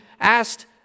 asked